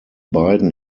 beiden